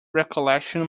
recollection